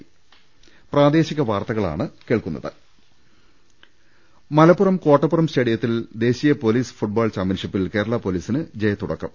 രുട്ട്ട്ട്ട്ട്ട്ട്ട്ട മലപ്പുറം കോട്ടപ്പുറം സ്റ്റേഡിയത്തിൽ ദേശീയ പൊലീസ് ഫുട്ബോൾ ചാമ്പ്യൻഷിപ്പിൽ കേരള പൊലീസിന് ജയത്തുടക്കം